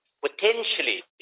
Potentially